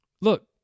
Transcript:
Look